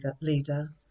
leader